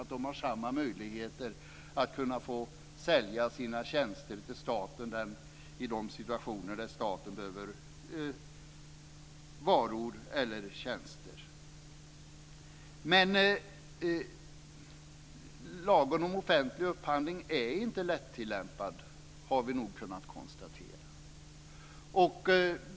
De ska ha samma möjligheter att få sälja sina tjänster till staten när staten behöver varor eller tjänster. Men lagen om offentlig upphandling är inte lätt att tillämpa - det har vi nog kunnat konstatera.